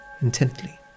intently